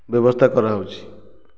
ବ୍ୟବସ୍ଥା କରାଯାଉଛି